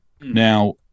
Now